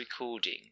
recording